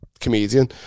Comedian